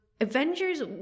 Avengers